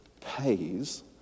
pays